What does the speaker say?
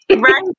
Right